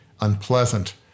unpleasant